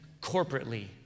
corporately